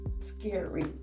scary